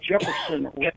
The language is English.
Jefferson